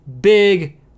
big